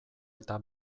eta